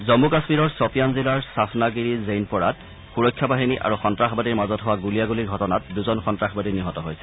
জম্মু কাশ্মীৰৰ শ্বপিয়ান জিলাৰ ছাফনাগিৰি জেইনপ'ৰাত সুৰক্ষা বাহিনী আৰু সন্তাসবাদীৰ মাজত হোৱা গুলীয়া গুলীৰ ঘটনাত দুজন সন্তাসবাদী নিহত হৈছে